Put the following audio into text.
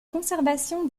conservation